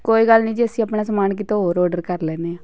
ਕੋਈ ਗੱਲ ਨਹੀਂ ਜੀ ਅਸੀਂ ਆਪਣਾ ਸਮਾਨ ਕਿਤੇ ਹੋਰ ਔਡਰ ਕਰ ਲੈਂਦੇ ਹਾਂ